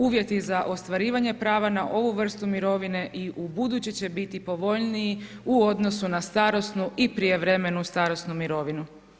Uvjeti za ostvarivanje prava na ovu vrstu mirovine i u buduće će biti povoljniji u odnosu na starosnu i prijevremenu starosnu mirovinu.